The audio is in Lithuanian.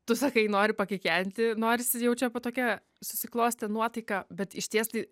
tu sakai nori pakikenti norisi jau čia po tokia susiklostė nuotaika bet išties tai